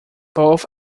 both